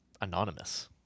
Anonymous